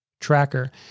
tracker